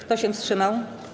Kto się wstrzymał?